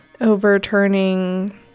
overturning